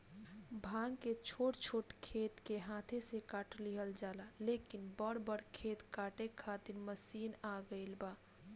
भांग के छोट छोट खेत के हाथे से काट लिहल जाला, लेकिन बड़ बड़ खेत काटे खातिर मशीन आ गईल बा